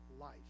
life